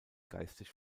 geistig